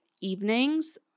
evenings